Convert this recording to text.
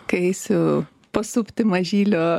kai eisiu pasupti mažylio